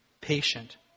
patient